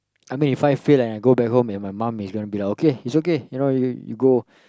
I mean If I fail and I go back home and my mum is going to be like okay it's okay you know you go